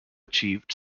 achieved